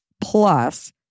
plus